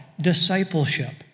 discipleship